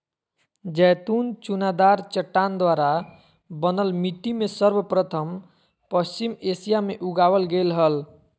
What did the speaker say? जैतून चुनादार चट्टान द्वारा बनल मिट्टी में सर्वप्रथम पश्चिम एशिया मे उगावल गेल हल